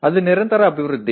అది నిరంతర అభివృద్ధి